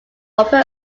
open